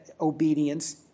obedience